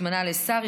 שהתמנה לשר,